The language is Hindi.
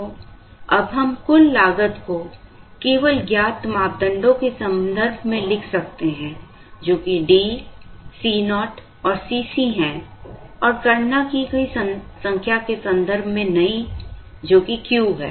तो अब हम कुल लागत को केवल ज्ञात मापदंडों के संदर्भ में लिख सकते हैं जो कि D Co और Cc हैं और गणना की गई संख्या के संदर्भ में नहीं हैं जो Q है